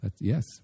yes